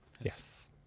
yes